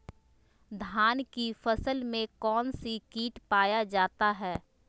धान की फसल में कौन सी किट पाया जाता है?